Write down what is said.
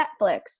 Netflix